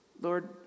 Lord